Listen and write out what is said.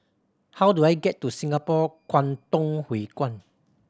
how do I get to Singapore Kwangtung Hui Kuan